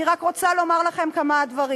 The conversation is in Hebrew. אני רק רוצה לומר לכם כמה דברים.